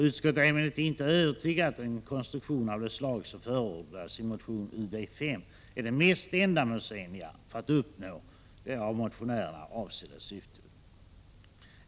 Utskottet är emellertid inte övertygat om att en konstruktion av det slag som förordas i motion Ub5 är den mest ändamålsenliga för att uppnå det av motionärerna avsedda syftet.